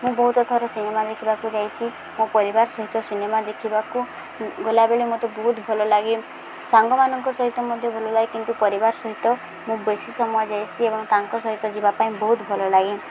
ମୁଁ ବହୁତ ଥର ସିନେମା ଦେଖିବାକୁ ଯାଇଛିି ମୋ ପରିବାର ସହିତ ସିନେମା ଦେଖିବାକୁ ଗଲାବେଳେ ମୋତେ ବହୁତ ଭଲ ଲାଗେ ସାଙ୍ଗମାନଙ୍କ ସହିତ ମଧ୍ୟ ଭଲ ଲାଗେ କିନ୍ତୁ ପରିବାର ସହିତ ମୁଁ ବେଶୀ ସମୟ ଯାଇଛି ଏବଂ ତାଙ୍କ ସହିତ ଯିବା ପାଇଁ ବହୁତ ଭଲ ଲାଗେ